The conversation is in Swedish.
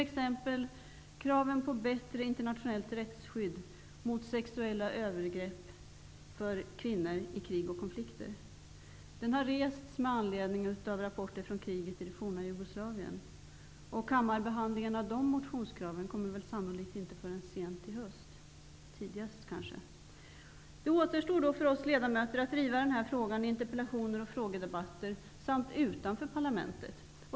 Exempelvis har kraven på bättre internationellt rättsskydd mot sexuella övergrepp på kvinnor i krig och konflikter rests med anledning av rapporter från kriget i det forna Jugoslavien. Kammarbehandlingen av de motionskraven kommer sannolikt inte förrän tidigast sent i höst. För oss ledamöter återstår då att driva den här frågan i interpellations och frågedebatter samt utanför parlamentet.